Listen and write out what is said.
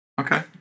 okay